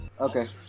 okay